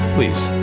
Please